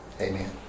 amen